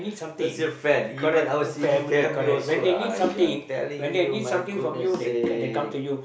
don't steal friends even our sibling family also !aiyo! I'm telling you my goodness sake